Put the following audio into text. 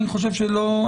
לדעתי,